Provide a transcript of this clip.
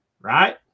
Right